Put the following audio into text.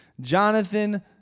Jonathan